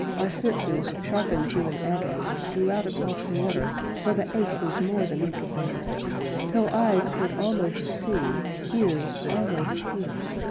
our senses, sharpened to an agony, drew out across the water till the ache was more than we could bear till eyes could almost see, ears almost hear.